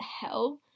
hell